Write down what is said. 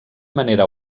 manera